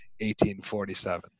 1847